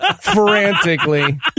Frantically